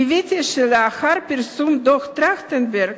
קיוויתי שלאחר פרסום דוח-טרכטנברג,